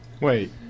Wait